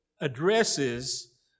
addresses